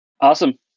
Awesome